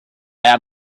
have